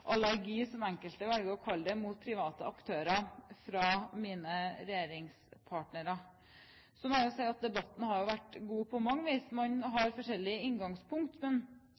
allergi, som enkelte velger å kalle det, mot private aktører fra mine regjeringspartnere. Så må jeg si at debatten har vært god på mange vis. Man har forskjellige inngangspunkt,